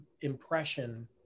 impression